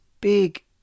big